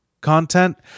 content